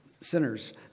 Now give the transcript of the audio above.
sinners